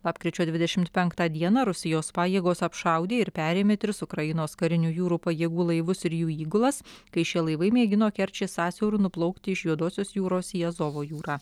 lapkričio dvidešimt penktą dieną rusijos pajėgos apšaudė ir perėmė tris ukrainos karinių jūrų pajėgų laivus ir jų įgulas kai šie laivai mėgino kerčės sąsiauriu nuplaukti iš juodosios jūros į azovo jūrą